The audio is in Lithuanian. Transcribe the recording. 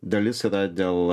dalis yra dėl